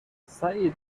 سعید